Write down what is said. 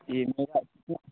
यह नया फ़ोन है